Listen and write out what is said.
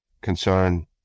concern